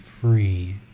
free